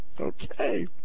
Okay